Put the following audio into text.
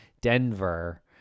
Denver